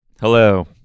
Hello